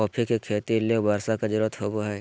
coffee के खेती ले बर्षा के जरुरत होबो हइ